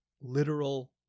literal